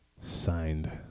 signed